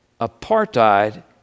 apartheid